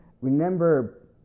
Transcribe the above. Remember